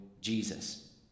Jesus